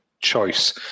choice